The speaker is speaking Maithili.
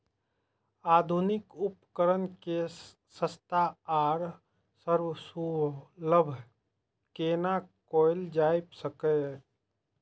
आधुनिक उपकण के सस्ता आर सर्वसुलभ केना कैयल जाए सकेछ?